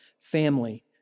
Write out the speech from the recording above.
family